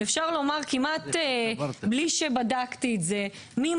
לא קרה לי, אשמח לדעת, ואני קונה ברמי לוי.